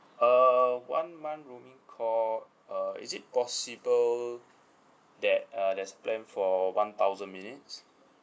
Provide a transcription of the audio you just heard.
uh one month roaming call uh is it possible that uh there's plan for one thousand minutes